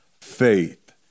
faith